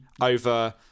over